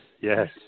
Yes